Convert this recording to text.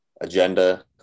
agenda